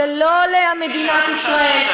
את משווה, זה לא למדינת ישראל,